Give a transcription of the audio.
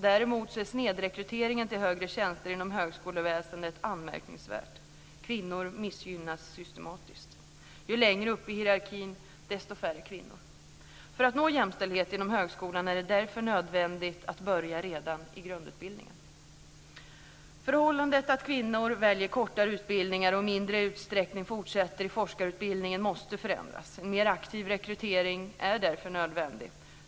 Däremot är snedrekryteringen till högre tjänster inom högskoleväsendet anmärkningsvärd. Kvinnor missgynnas systematiskt. Ju längre upp i hierarkin, desto färre kvinnor. För att nå jämställdhet inom högskolan är det därför nödvändigt att börja redan i grundutbildningen. Förhållandet att kvinnor väljer kortare utbildningar och i mindre utsträckning fortsätter i forskarutbildningen måste förändras. En mer aktiv rekrytering är därför nödvändig.